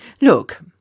Look